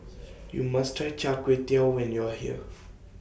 YOU must Try Chai Kuay Tow when YOU Are here